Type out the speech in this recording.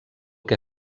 que